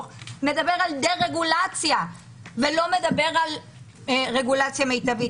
מדבר על דה-רגולציה ולא מדבר על רגולציה מיטבית.